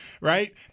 right